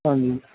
ਹਾਂਜੀ